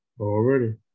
Already